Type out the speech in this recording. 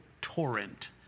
torrent